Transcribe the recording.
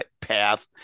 path